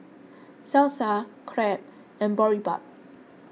Salsa Crepe and Boribap